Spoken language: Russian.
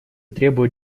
требуют